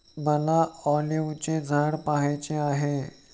मला ऑलिव्हचे झाड पहायचे आहे